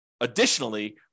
additionally